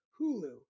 Hulu